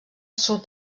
sud